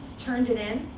turned it in,